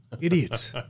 Idiots